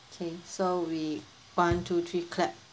okay so we one two three clap